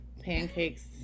pancakes